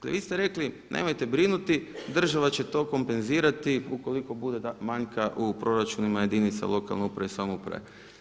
Gle vi ste rekli, nemojte brinuti država će to kompenzirati ukoliko bude manjka u proračunima jedinica lokalne uprave i samouprave.